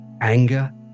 anger